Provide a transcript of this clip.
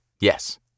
Yes